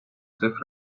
цих